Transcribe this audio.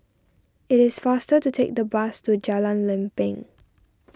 it is faster to take the bus to Jalan Lempeng